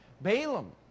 Balaam